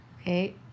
Okay